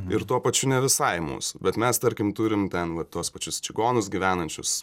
ir tuo pačiu ne visai mūsų bet mes tarkim turim ten vat tuos pačius čigonus gyvenančius